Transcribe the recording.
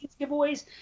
giveaways